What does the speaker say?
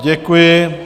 Děkuji.